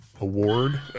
award